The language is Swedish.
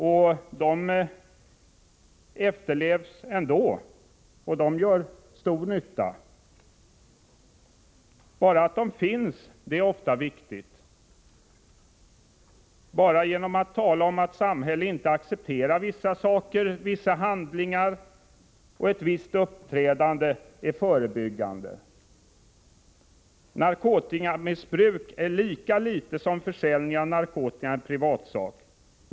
Dessa lagar efterlevs ändå och gör stor nytta. Bara det faktum att de finns är ofta viktigt. Bara genom att tala om att samhället inte accepterar vissa saker, vissa handlingar och ett visst uppträdande är de förebyggande. Narkotikamissbruk är lika litet som försäljning av narkotika en privatsak.